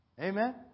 Amen